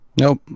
Nope